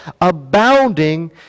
abounding